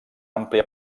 àmplia